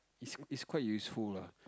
is is quite useful lah